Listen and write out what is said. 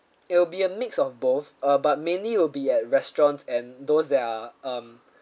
it'll be a mix of both uh but mainly we'll be at restaurants and those that are um